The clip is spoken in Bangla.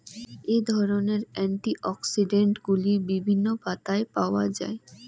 এই ধরনের অ্যান্টিঅক্সিড্যান্টগুলি বিভিন্ন শাকপাতায় পাওয়া য়ায়